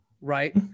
right